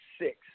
six